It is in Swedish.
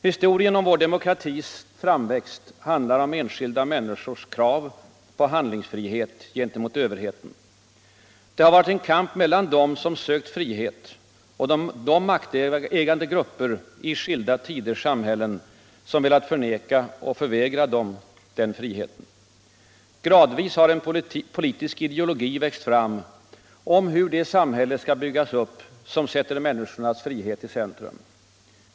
Historien om vår demokratis framväxt handlar om enskilda människors krav på handlingsfrihet gentemot överheten. Det har varit en kamp mellan dem som sökt frihet och de maktägande grupper i skilda tiders samhällen som velat förneka och förvägra dem den friheten. Gradvis har en politisk ideologi växt fram om hur det samhälle skall byggas upp som sätter människornas frihet i centrum.